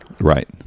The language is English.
right